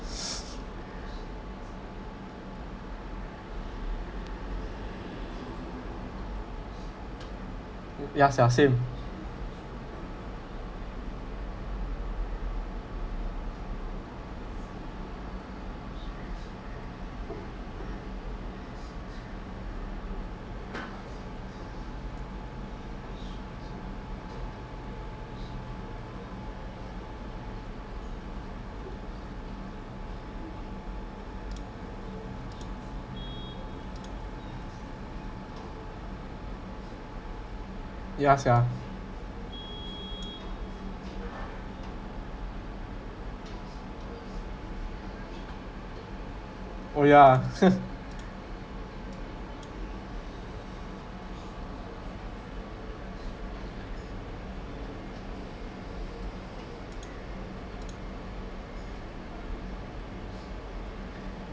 ya sia same ya sia oh ya